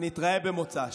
נתראה במוצ"ש.